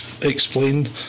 explained